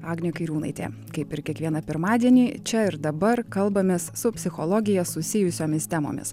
agnė kairiūnaitė kaip ir kiekvieną pirmadienį čia ir dabar kalbamės su psichologija susijusiomis temomis